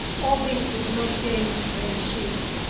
all this did not gain me friendship.